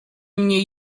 mniej